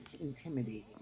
intimidating